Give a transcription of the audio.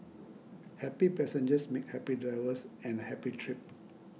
happy passengers make happy drivers and a happy trip